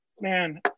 man